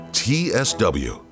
tsw